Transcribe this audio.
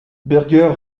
burger